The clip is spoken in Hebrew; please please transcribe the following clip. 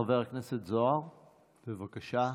חבר הכנסת זוהר, בבקשה.